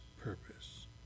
purpose